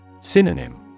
Synonym